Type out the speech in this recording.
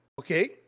okay